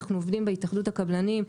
אנחנו עובדים בהתאחדות הקבלנים,